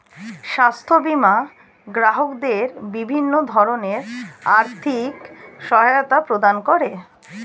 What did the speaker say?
স্বাস্থ্য বীমা গ্রাহকদের বিভিন্ন ধরনের আর্থিক সহায়তা প্রদান করে